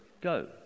go